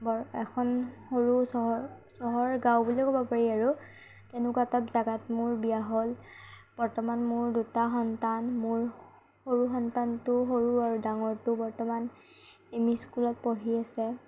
বৰ এখন সৰু চহৰ চহৰ গাঁও বুলিয়ে ক'ব পাৰি আৰু তেনেকুৱা এটা জেগাত মোৰ বিয়া হ'ল বৰ্তমান মোৰ দুটা সন্তান মোৰ সৰু সন্তানটো সৰু আৰু ডাঙৰটো বৰ্তমান এম ই স্কুলত পঢ়ি আছে